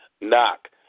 Knock